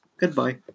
goodbye